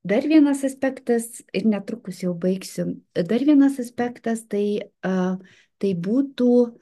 dar vienas aspektas ir netrukus jau baigsim dar vienas aspektas tai a tai būtų